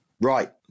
Right